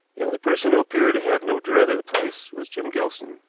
the only person who appeared to have no dread of the place was jim gilson.